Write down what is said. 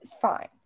fine